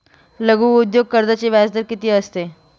लघु उद्योग कर्जाचे व्याजदर किती असते?